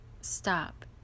stop